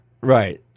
Right